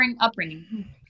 upbringing